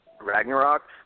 Ragnarok